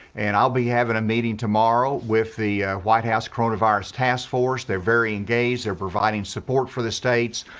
and i'll be having a meeting tomorrow with the white house coronavirus task force. they're very engaged. their providing support for the states.